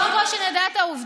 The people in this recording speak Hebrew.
קודם כול שנדע את העובדות.